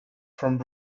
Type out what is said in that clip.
from